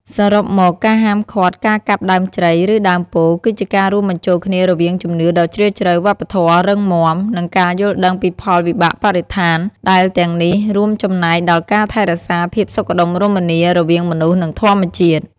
សរុបមក ការហាមឃាត់ការកាប់ដើមជ្រៃ ឬដើមពោធិ៍ គឺជាការរួមបញ្ចូលគ្នារវាងជំនឿដ៏ជ្រាលជ្រៅ វប្បធម៌រឹងមាំ និងការយល់ដឹងពីផលវិបាកបរិស្ថាន ដែលទាំងអស់នេះរួមចំណែកដល់ការថែរក្សាភាពសុខដុមរមនារវាងមនុស្ស និងធម្មជាតិ។